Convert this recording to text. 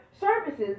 services